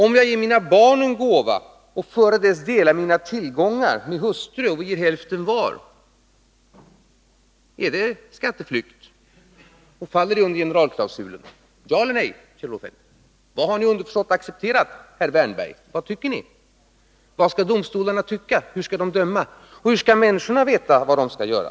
Om jag ger mina barn en gåva efter att dessförinnan ha delat mina tillgångar med min hustru, är det då skatteflykt? Faller det under generalklausulen? Ja eller nej, Kjell-Olof Feldt? Vad har ni underförstått accepterat, herr Wärnberg? Vad tycker ni egentligen? Vad skall domstolarna anse? Hur skall de döma? Och hur skall människorna veta vad de skall göra?